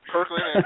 Kirkland